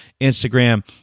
Instagram